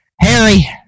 Harry